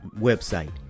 website